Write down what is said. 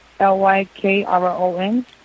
L-Y-K-R-O-N